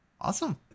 Awesome